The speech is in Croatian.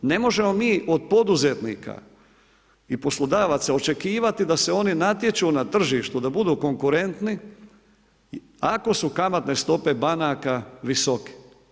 Ne možemo mi od poduzetnika i poslodavaca očekivati da se oni natječu na tržištu, da budu konkurentni ako su kamatne stope banaka visoke.